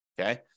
Okay